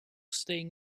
staying